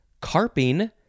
carping